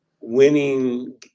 winning